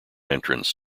entrance